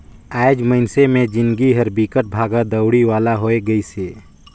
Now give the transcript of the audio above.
आएज मइनसे मे जिनगी हर बिकट भागा दउड़ी वाला होये गइसे